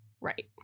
Right